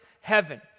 heaven